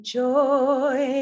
joy